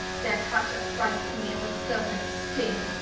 their touch affrights me as a serpents sting.